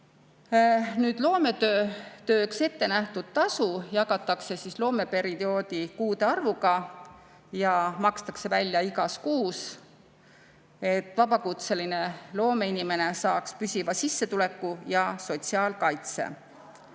Loometööks ettenähtud tasu jagatakse loomeperioodi kuude arvuga ja makstakse välja igas kuus, et vabakutseline loomeinimene saaks püsiva sissetuleku ja sotsiaalkaitse.